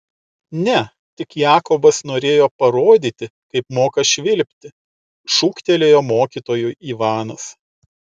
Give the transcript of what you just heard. ne tik jakobas norėjo parodyti kaip moka švilpti šūktelėjo mokytojui ivanas